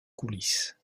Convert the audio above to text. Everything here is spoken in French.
coulisse